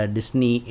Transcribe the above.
Disney